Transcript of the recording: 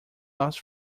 lost